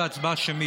והצבעה שמית.